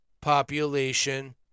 population